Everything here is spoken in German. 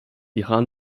iran